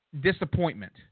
disappointment